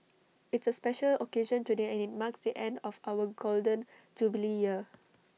it's A special occasion today and IT marks the end of our Golden Jubilee year